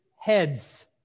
heads